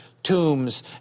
Tombs